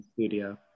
studio